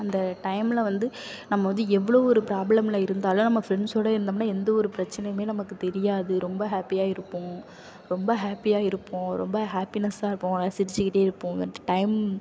அந்த டைம்ல வந்து நம்ம வந்து எவ்வளோ ஒரு ப்ராப்ளம்ல இருந்தாலும் நம்ம ஃப்ரெண்ட்ஸோட இருந்தோம்னால் எந்த ஒரு பிரச்சனையுமே நமக்கு தெரியாது ரொம்ப ஹாப்பியாக இருப்போம் ரொம்ப ஹாப்பியாக இருப்போம் ரொம்ப ஹாப்பினஸ்ஸாக இருப்போம் நல்லா சிரிச்சிக்கிட்டே இருப்போம் அந்த டைம்